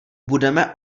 budeme